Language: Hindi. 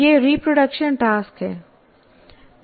ये रिप्रोडक्शन टास्क हैं